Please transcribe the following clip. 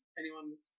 anyone's